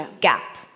gap